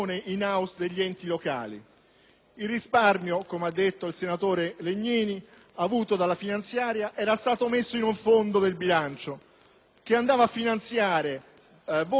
Il risparmio, come ha detto il senatore Legnini, avuto dalla finanziaria era stato messo in un fondo del bilancio che andava a finanziare voci della sicurezza pubblica.